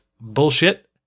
bullshit